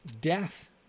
Death